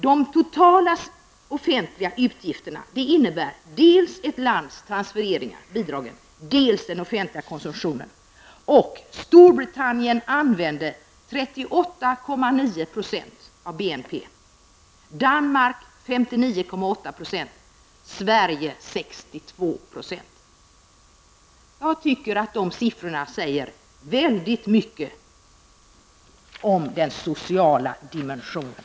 De totala offentliga utgifterna består av ett lands transfereringar, bidragen, och den offentliga konsumtionen. Storbritannien använde 38,9 % av BNP, Danmark 59,8 % och Sverige 62 %. Jag tycker att dessa siffror säger mycket om den sociala dimensionen.